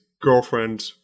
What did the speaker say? girlfriend